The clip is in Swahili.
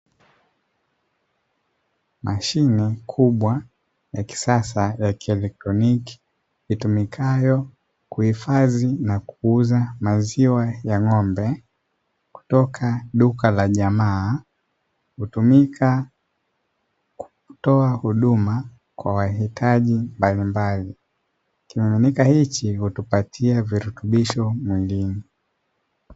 Mashine kubwa ya kisasa ya kielektroniki itumikayo kuhifadhi na kuuza maziwa ya ng'ombe kutoka duka la jamaa hutumika kutoa huduma kwa wahitaji mbalimbali, kimiminika hichi hutupatia virutubisho mwilini.